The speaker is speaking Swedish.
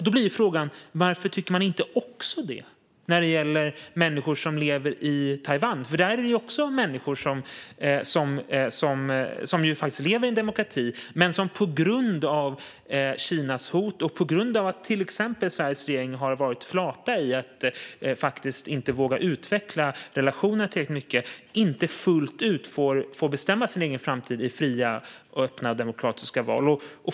Då blir frågan varför man inte tycker det också när det gäller människor som lever i Taiwan. Det är ju också människor som lever i en demokrati men som på grund av Kinas hot och på grund av att till exempel Sveriges regering varit flat och inte vågat utveckla relationerna tillräckligt mycket inte fullt ut får bestämma sin egen framtid i fria och öppna demokratiska val.